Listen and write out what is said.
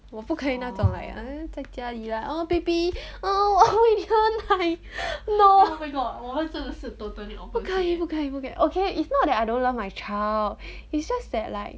我不可以那种 like 在家里 lah oh baby oh 我喂你喝奶 no 不可以不可以不可以 it's not that I don't love my child it's just that like